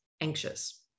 anxious